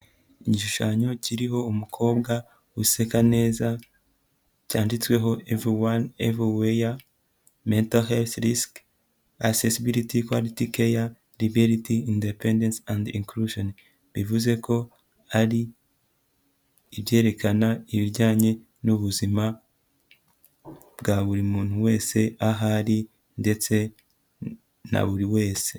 Igishushanyo kiriho umukobwa useka neza, cyanditsweho everyone, everywhere, menterhealthlisk accessibility quality care, liberty independance and inclusion. Bivuze ko ari ibyerekana ibijyanye n'ubuzima bwa buri muntu wese, ahari ndetse na buri wese.